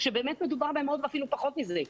שבאמת מדובר במאות, ואפילו פחות מזה.